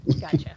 Gotcha